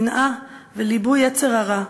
שנאה וליבוי יצר הרע,